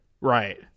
Right